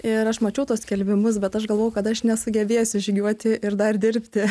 ir aš mačiau tuos skelbimus bet aš galvoju kad aš nesugebėsiu žygiuoti ir dar dirbti